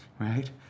right